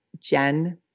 Jen